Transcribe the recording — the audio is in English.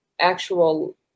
actual